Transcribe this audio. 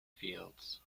fields